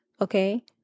Okay